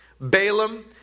Balaam